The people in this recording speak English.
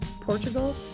Portugal